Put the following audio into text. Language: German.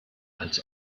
als